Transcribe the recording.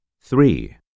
Three